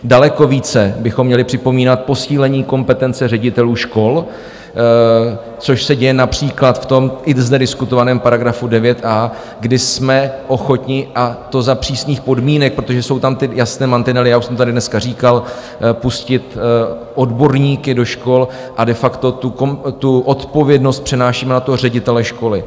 Daleko více bychom měli připomínat posílení kompetence ředitelů škol, což se děje například v tom i zde diskutovaném § 9a, kdy jsme ochotni, a to za přísných podmínek, protože jsou tam jasné mantinely, já už jsem tady dneska říkal, pustit odborníky do škol, a de facto tu odpovědnost přenášíme na ředitele školy.